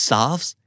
Solves